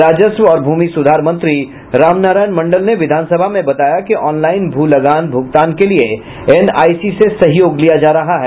राजस्व और भूमि सुधार मंत्री रामनारायण मंडल ने विधानसभा में बताया कि ऑनलाईन भू लगान भूगतान के लिए एनआईसी से सहयोग लिया जा रहा है